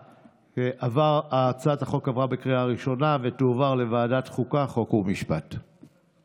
התשפ"א 2021, לוועדת החוקה, חוק ומשפט נתקבלה.